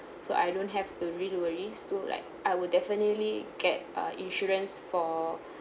so I don't have to really worry too like I will definitely get uh insurance for